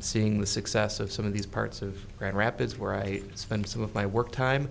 seeing the success of some of these parts of grand rapids where i spend some of my work time